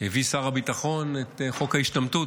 יביא שר הביטחון את חוק ההשתמטות?